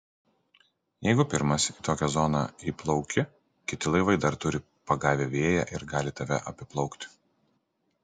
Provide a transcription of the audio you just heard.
jeigu pirmas į tokią zoną įplauki kiti laivai dar turi pagavę vėją ir gali tave apiplaukti